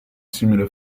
simile